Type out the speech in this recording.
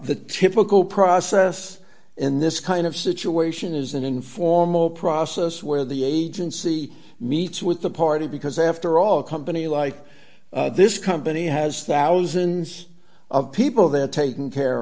the typical process in this kind of situation is an informal process where the agency meets with the party because after all a company like this company has thousands of people that taken care